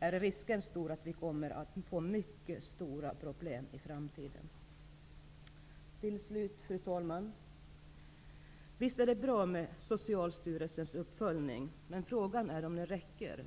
är det stor risk att vi kommer att få mycket besvärliga problem i framtiden. Till slut, fru talman: Visst är det bra med Socialstyrelsens uppföljning, men frågan är om den räcker.